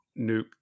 nuke